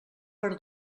per